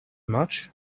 much